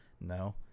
no